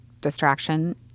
distraction